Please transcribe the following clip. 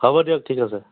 হ'ব দিয়ক ঠিক আছে